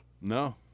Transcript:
no